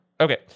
Okay